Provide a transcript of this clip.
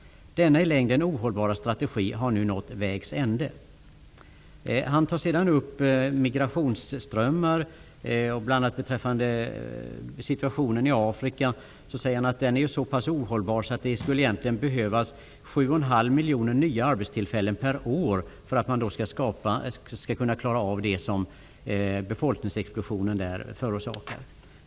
Denna i längden ohållbara strategi har nu nått vägs ände.'' Han tar sedan upp migrationsströmmar. Han säger bl.a. att situationen i Afrika är ohållbar. Det skulle behövas 7,5 miljoner nya arbetstillfällen per år för att man skall kunna klara av befolkningsexplosionen.